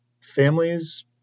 families